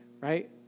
right